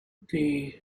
the